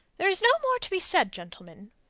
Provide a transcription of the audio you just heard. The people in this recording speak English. there is no more to be said, gentlemen.